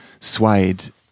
Swayed